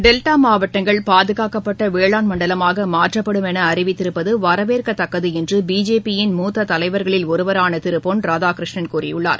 delta மாவட்டங்கள் பாதுகாக்கப்பட்ட வேளாண் மண்டலமாக மாற்றப்படும் என அறிவித்திருப்பது வரவேற்கத்தக்கது என பிஜேபி யின் மூத்த தலைவர்களில் ஒருவரான திரு பொன் ராதாகிருஷ்ணன் கூறியுள்ளார்